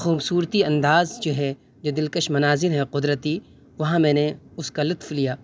خوبصورتی انداز جو ہے جو دلکش مناظر ہیں قدرتی وہاں میں نے اس کا لطف لیا